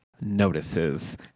notices